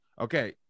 okay